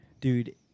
Dude